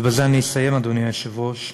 ובזה אסיים, אדוני היושב-ראש.